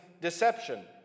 deception